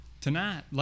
Tonight